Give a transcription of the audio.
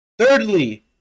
Thirdly